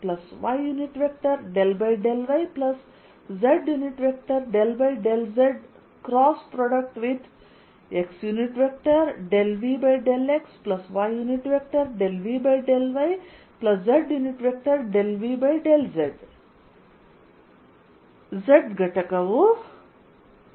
ಆದ್ದರಿಂದ ಇದು ಮೈನಸ್2V∂x∂yಆಗಿರುತ್ತದೆ ಮತ್ತು ಅದು 0 ಆಗಿದೆ